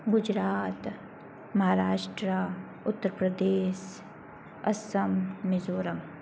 Gujarat Maharashtra Uttar Pradesh Assam Mizoram